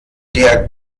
der